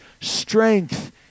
strength